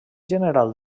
general